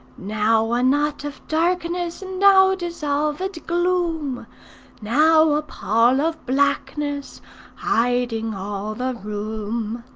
now a knot of darkness now dissolved gloom now a pall of blackness hiding all the room.